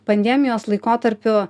pandemijos laikotarpiu